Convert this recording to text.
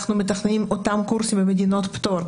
אנחנו מתכננים את אותם קורסים במדינות פטור,